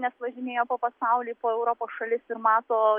nes važinėja po pasaulį po europos šalis ir mato